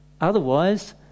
Otherwise